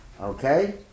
Okay